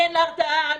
אין הרתעה אמתית.